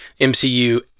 MCU